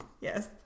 Yes